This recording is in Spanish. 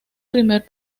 primer